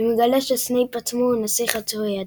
ומגלה שסנייפ עצמו הוא הנסיך חצוי הדם.